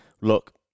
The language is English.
look